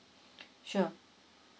sure